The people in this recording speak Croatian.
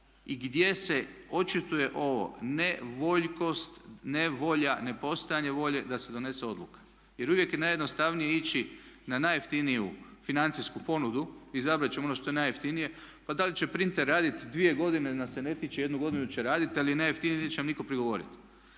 i gdje se očituje ovo nevoljkost, nevolja, nepostojanje volje da se donese odluka. Jer uvijek je najjednostavnije ići na najjeftiniju financijsku ponudu, izabrat ćemo ono što je najjeftinije pa da li će printer raditi 2 godine nas se ne tiče, jednu godinu će raditi ali najjeftiniji je i neće nam nitko prigovoriti.